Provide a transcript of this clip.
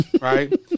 right